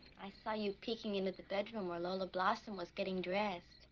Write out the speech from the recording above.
i saw you peeking into the bedroom where lola blossom was getting dressed.